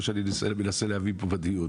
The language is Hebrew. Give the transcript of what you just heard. זה מה שאני מנסה להבין פה בדיון.